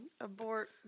Abort